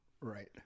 Right